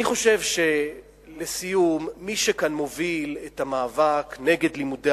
אני חושב שמי שמוביל כאן את המאבק נגד לימודי